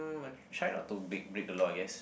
mm try not to bake break the law I guess